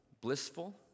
blissful